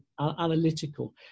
analytical